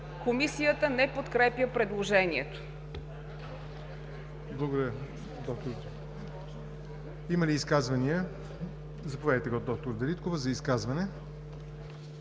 Комисията не подкрепя предложението.